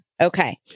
Okay